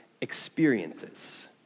experiences